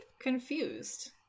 confused